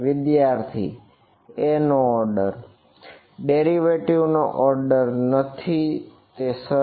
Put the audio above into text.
વિદ્યાર્થી a નો order